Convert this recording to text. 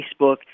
Facebook